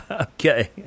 okay